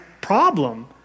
problem